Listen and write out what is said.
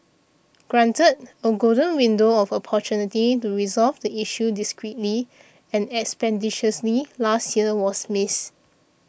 granted a golden window of opportunity to resolve the issue discreetly and expeditiously last year was missed